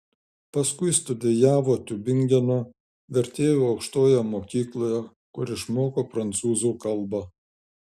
paskui studijavo tiubingeno vertėjų aukštojoje mokykloje kur išmoko prancūzų kalbą